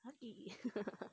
哪里